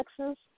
Texas